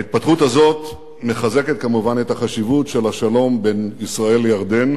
ההתפתחות הזאת מחזקת כמובן את החשיבות של השלום בין ישראל לירדן,